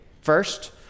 First